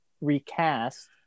recast